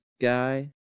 guy